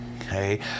okay